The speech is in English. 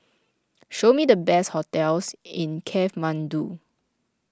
show me the best hotels in Kathmandu